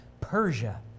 Persia